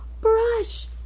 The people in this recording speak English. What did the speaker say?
Brush